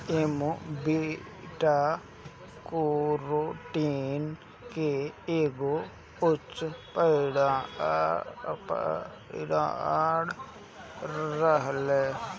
एमे beta carotene के एगो उच्च परिमाण रहेला